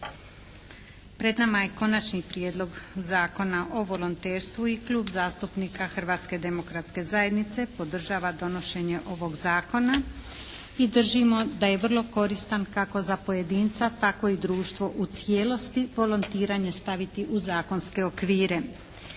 Pred nama je Konačni prijedlog zakona o volonterstvu i Klub zastupnika Hrvatske demokratske zajednice podržava donošenje ovog zakona i držimo da je vrlo koristan kako za pojedinca tako i društvo u cijelosti volontiranje staviti u zakonske okvire.